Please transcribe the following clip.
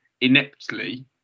ineptly